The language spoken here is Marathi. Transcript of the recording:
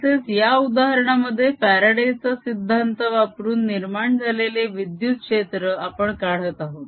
तसेच या उदाहरणामध्ये फ्यारडे चा सिद्धांत वापरून निर्माण झालेले विद्युत क्षेत्र आपण काढत आहोत